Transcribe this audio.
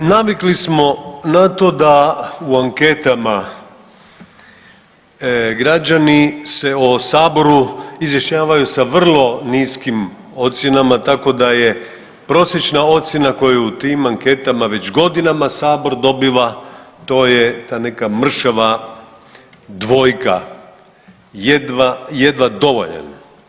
Navikli smo na to da u anketama građani se o saboru izjašnjavaju sa vrlo niskim ocjenama, tako da je prosječna ocjena koju u tim anketama već godinama sabor dobiva, to je ta neka mršava dvojka, jedva, jedva dovoljan.